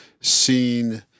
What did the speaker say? seen